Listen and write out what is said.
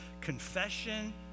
Confession